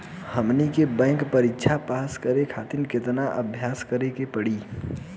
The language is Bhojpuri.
हमनी के बैंक के परीक्षा पास करे खातिर केतना अभ्यास करे के पड़ी?